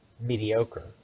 mediocre